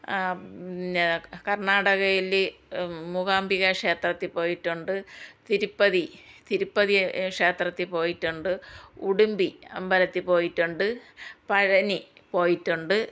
പിന്നെ കർണാടകയിൽ മൂകാംബിക ക്ഷേത്രത്തിൽ പോയിട്ടുണ്ട് തിരുപ്പതി തിരുപ്പതി ക്ഷേത്രത്തിൽ പോയിട്ടുണ്ട് ഉടുമ്പി അമ്പലത്തിൽ പോയിട്ടുണ്ട് പഴനി പോയിട്ടുണ്ട്